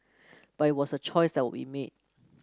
but it was a choice that we made